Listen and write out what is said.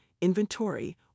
inventory